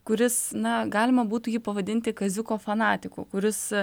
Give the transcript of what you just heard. kuris na galima būtų jį pavadinti kaziuko fanatiku kuris